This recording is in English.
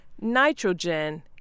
nitrogen